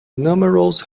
numerous